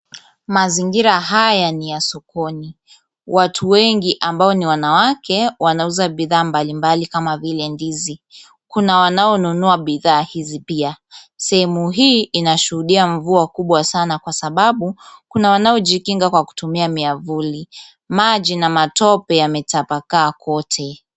Mazingira haya ni ya sokoni. Watu wengi ambao ni wanawake wanauza bidhaa mbalimbali kama vile ndizi. Kuna wanaonunua bidhaa hizi pia. Sehemu hii inashuhudia mvua kubwa sana kwa sababu, kuna wanaojikinga kwa kutumia miavuli. Maji na matope yametapakaa kote.